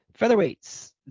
featherweights